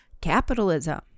capitalism